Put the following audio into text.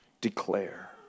declare